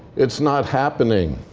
it's not happening.